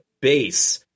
base